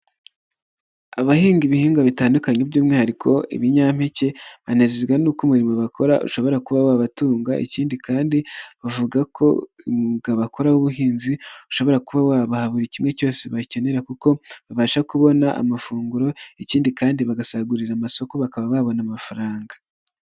Abahinga ibihingwa bitandukanye by'umwihariko ibinyampeke, banezezwa n'uko umurimo bakora ushobora kuba wabatunga, ikindi kandi bavuga ko umwuga bakora w'ubuhinzi ushobora kuba wabaha buri kimwe cyose bakenera kuko babasha kubona amafunguro, ikindi kandi bagasagurira amasoko bakaba babona amafaranga.